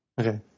Okay